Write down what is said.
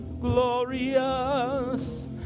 glorious